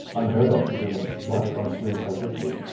unheard of to bring a logic on stream so quickly.